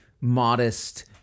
modest